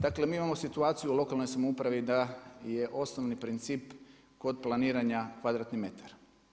Dakle, mi imao situaciju o lokalnoj samoupravi da je osnovni princip kod planiranja kvadratni metar.